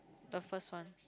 the first one